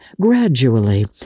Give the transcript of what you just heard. gradually